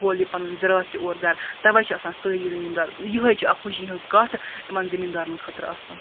کھوٗل یہِ پَنُن زِراعت تہٕ اور گَرٕ تَوے چھِ آسان سٲری زمیٖنٛدار یِہَے چھِ اکھ خُشی ہٕنٛز کتھ یِمن زمیٖنٛدارن خٲطرٕ آسان